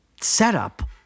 setup